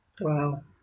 Wow